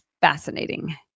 fascinating